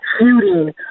shooting